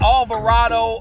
Alvarado